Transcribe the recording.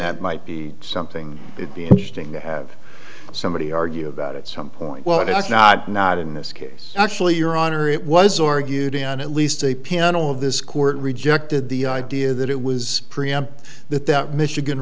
that might be something it be interesting to have somebody argue about it some point well it's not not in this case actually your honor it was argued in at least a panel of this court rejected the idea that it was preempt that that michigan